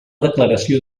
declaració